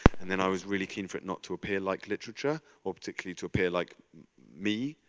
and then i was really keen for it not to appear like literature, optically to appear like me,